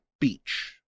beach